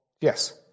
Yes